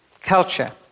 Culture